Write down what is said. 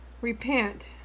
repent